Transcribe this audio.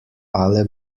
alle